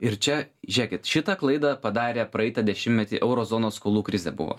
ir čia žėkit šitą klaidą padarė praeitą dešimtmetį euro zonos skolų krizė buvo